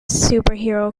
superhero